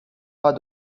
pas